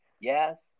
Yes